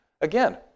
Again